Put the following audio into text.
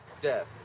death